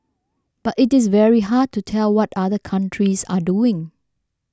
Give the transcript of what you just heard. but it is very hard to tell what other countries are doing